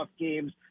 games